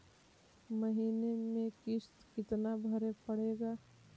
महीने में किस्त कितना भरें पड़ेगा?